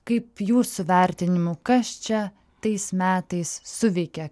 kaip jūsų vertinimu kas čia tais metais suveikė